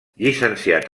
llicenciat